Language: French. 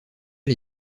les